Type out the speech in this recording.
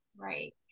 Right